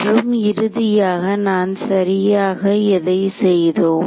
மற்றும் இறுதியாக நான் சரியாக எதை செய்தோம்